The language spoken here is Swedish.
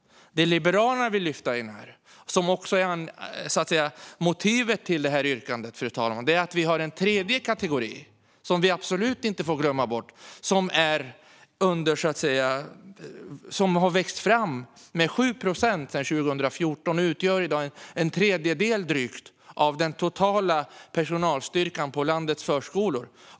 Det Liberalerna vill lyfta, och det som också är motivet till yrkandet, fru talman, är att det finns en tredje kategori som vi absolut inte får glömma bort. Den har växt fram med 7 procent sedan 2014 och utgör i dag drygt en tredjedel av den totala personalstyrkan på landets förskolor.